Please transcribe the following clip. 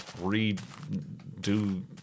redo